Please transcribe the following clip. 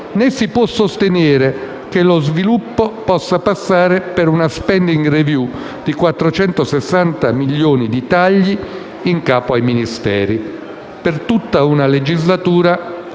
Né si può sostenere che lo sviluppo possa passare per una *spending review* di 460 milioni di tagli in capo ai Ministeri. Per tutta una legislatura